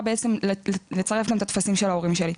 בעצם לצרף גם את הטפסים של ההורים שלי.